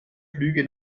flüge